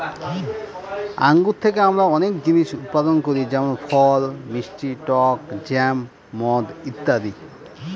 আঙ্গুর থেকে আমরা অনেক জিনিস উৎপাদন করি যেমন ফল, মিষ্টি টক জ্যাম, মদ ইত্যাদি